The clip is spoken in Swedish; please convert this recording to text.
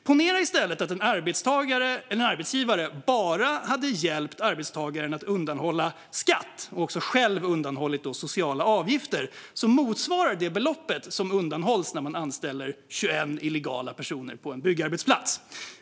Ponera i stället att en arbetsgivare bara hade hjälpt arbetstagaren att undanhålla skatt och själv undanhållit sociala avgifter som motsvarar det belopp som undanhålls när man anställer 21 illegala personer på en byggarbetsplats.